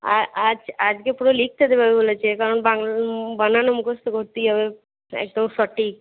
আর আজ আজকে পুরো লিখতে দেবে বলেছে কারণ বাংল বানান মুখস্থ করতেই হবে একদম সঠিক